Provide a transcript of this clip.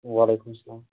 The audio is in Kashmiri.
وعلیکُم السلام